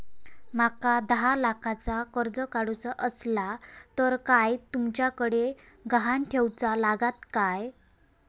माका दहा लाखाचा कर्ज काढूचा असला तर काय तुमच्याकडे ग्हाण ठेवूचा लागात काय?